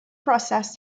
process